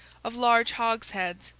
of large hogsheads,